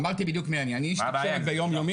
אמרתי אני עיתונאי ביומיום